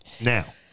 Now